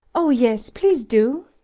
oh yes, please do!